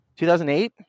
2008